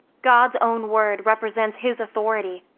god's own word represents his authority.